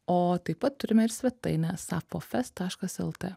o taip pat turime ir svetainę safofes taškas lt